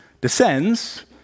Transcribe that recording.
descends